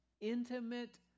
intimate